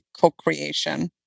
co-creation